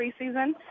preseason